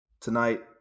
Tonight